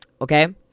Okay